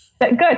good